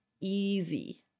easy